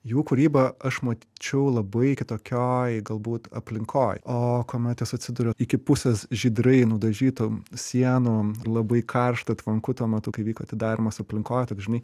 jų kūrybą aš mačiau labai kitokioj galbūt aplinkoj o kuomet jos atsiduria iki pusės žydrai nudažytom sienom labai karšta tvanku tuo metu kai vyko atidarymas aplinkoj taip žinai